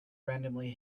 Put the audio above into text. randomly